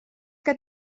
que